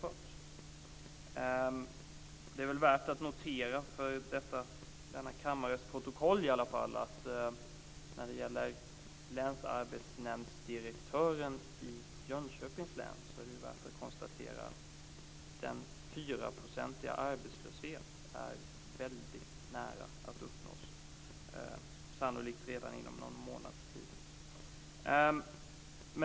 Det är väl i alla fall värt att notera något för denna kammares protokoll när det gäller länsarbetsnämndsdirektören i Jönköpings län. Det är värt att konstatera att man är väldigt nära att nå en 4-procentig arbetslöshet. Sannolikt gör man det redan inom någon månad.